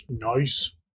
Nice